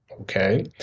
okay